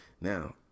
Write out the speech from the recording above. Now